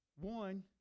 one